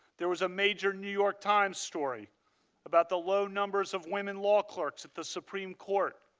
there was a major new york times story about the low numbers of women law clerks at the supreme court.